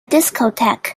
discotheque